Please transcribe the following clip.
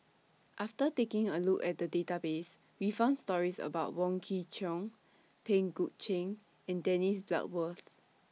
after taking A Look At The Database We found stories about Wong Kwei Cheong Pang Guek Cheng and Dennis Bloodworth